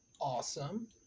Awesome